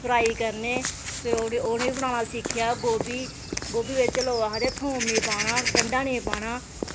fry करने फिर उनेंगी बनाना सिक्खेआ गोभी गोभी बिच आक्खदे लून नेईं पाना गंडा नेईं पाना